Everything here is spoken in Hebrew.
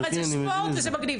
זה ספורט וזה מגניב.